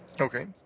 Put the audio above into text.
Okay